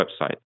website